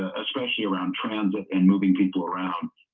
especially around transit and moving people around,